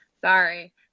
Sorry